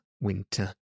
winter